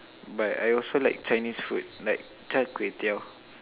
but I also like Chinese food like Char-Kway-Teow